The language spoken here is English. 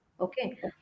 okay